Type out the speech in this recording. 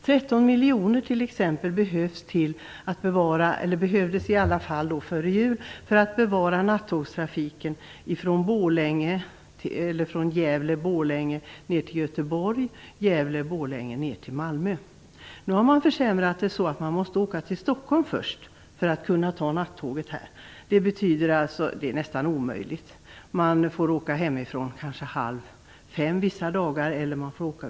13 miljoner behövs t.ex. - eller behövdes åtminstone före jul - för att bevara nattågstrafiken från Gävle-Borlänge ner till Göteborg och från Gävle-Borlänge ner till Malmö. Nu har trafiken försämrats så att man först måste åka till Stockholm när man skall ta nattåget. Det betyder att det blir nästan omöjligt. Vissa dagar kanske man får åka hemifrån halv fem, andra dagar halv åtta.